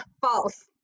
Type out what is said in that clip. False